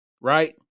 Right